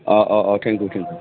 अ अ अ thank you thank you